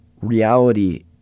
reality